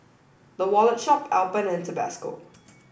the Wallet Shop Alpen and Tabasco